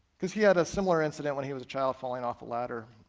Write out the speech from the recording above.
because he had a similar incident when he was a child falling off a ladder.